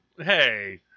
hey